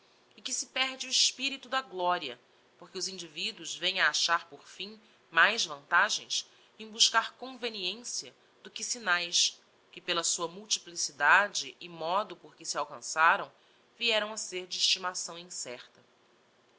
e que se perde o espirito da gloria porque os individuos vem a achar por fim mais vantagens em buscar conveniencia do que signaes que pela sua multiplicidade e modo por que se alcançaram vieram a ser de estimação incerta